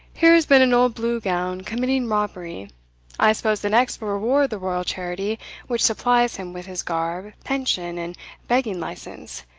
here has been an old blue-gown committing robbery i suppose the next will reward the royal charity which supplies him with his garb, pension, and begging license,